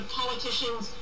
politicians